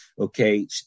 okay